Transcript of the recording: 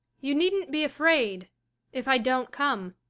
you needn't be afraid if i don't come.